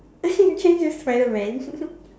you should change to Spiderman